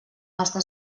està